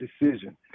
decision